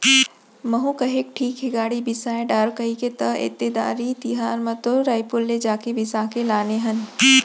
महूँ कहेव ठीक हे गाड़ी बिसा डारव कहिके त ऐदे देवारी तिहर म तो रइपुर ले जाके बिसा के लाने हन